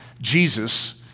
Jesus